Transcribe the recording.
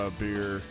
beer